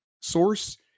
source